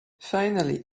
finally